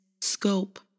scope